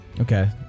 Okay